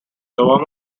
warm